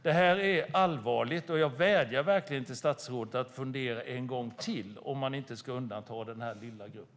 Detta är allvarligt, och jag vädjar verkligen till statsrådet att fundera en gång till på om man inte ska undanta denna lilla grupp.